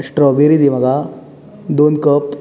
strawberry दी म्हाका दोन कप